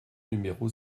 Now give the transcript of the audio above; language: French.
numéro